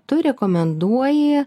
tu rekomenduoji